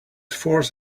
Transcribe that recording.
forced